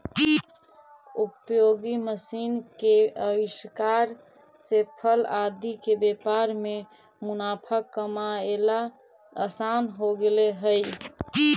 उपयोगी मशीन के आविष्कार से फल आदि के व्यापार में मुनाफा कमाएला असान हो गेले हई